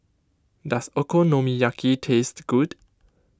does Okonomiyaki taste good